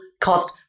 cost